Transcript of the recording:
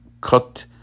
cut